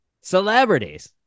Celebrities